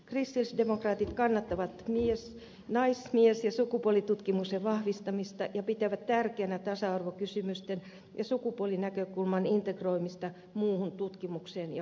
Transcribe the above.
kristillisdemokraatit kannattavat nais mies ja sukupuolitutkimuksen vahvistamista ja pitävät tärkeänä tasa arvokysymysten ja sukupuolinäkökulman integroimista muuhun tutkimukseen ja opetukseen